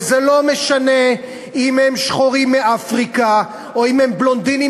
וזה לא משנה אם הם שחורים מאפריקה או בלונדינים